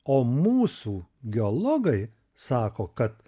o mūsų geologai sako kad